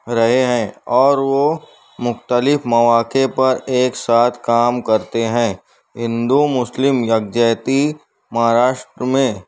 رہے ہیں اور وہ مختلف مواقع پر ایک ساتھ کام کرتے ہیں ہندو مسلم یکجہتی مہاراشٹرا میں